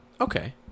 Okay